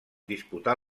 disputar